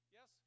Yes